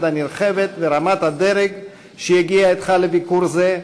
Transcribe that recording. הנרחבת ורמת-הדרג שהגיעה אתך לביקור זה,